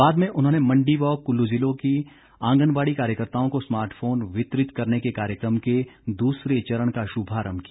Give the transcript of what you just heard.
बाद में उन्होंने मंडी व कुल्लू ज़िलों की आंगनबाड़ी कार्यकर्ताओं को स्मार्ट फोन वितरित करने के कार्यक्रम के दूसरे चरण का शुभारंभ किया